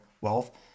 wealth